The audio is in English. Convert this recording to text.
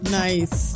nice